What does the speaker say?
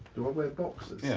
do i wear boxers? yeah.